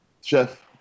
Chef